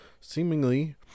seemingly